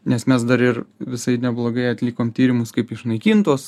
nes mes dar ir visai neblogai atlikom tyrimus kaip išnaikint tuos